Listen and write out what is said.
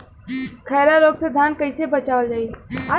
खैरा रोग से धान कईसे बचावल जाई?